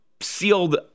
sealed